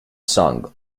song